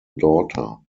daughter